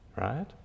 right